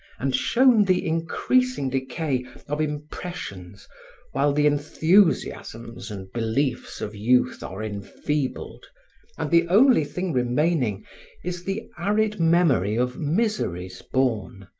and shown the increasing decay of impressions while the enthusiasms and beliefs of youth are enfeebled and the only thing remaining is the arid memory of miseries borne,